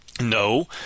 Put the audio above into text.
No